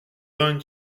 vingt